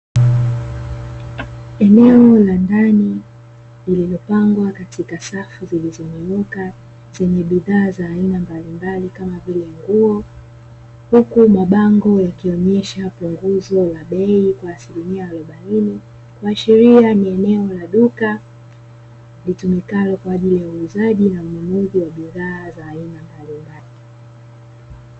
Eneo la ndani lililo pangwa katika safu zilizonyooka zenye bidhaa za aina mbalimbali kama vile nguo huku mabango yakionyesha punguzo la bei kwa asilimia arobaini, kuashiria ni eneo la duka litumikalo kwa ajili ya uuzaji na ununuaji wa bidhaa mbalimbali.